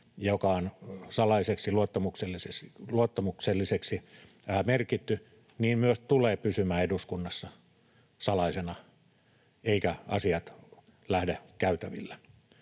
joka on salaiseksi, luottamukselliseksi merkitty, myös tulee pysymään eduskunnassa salaisena eivätkä asiat lähde käytäville.